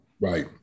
Right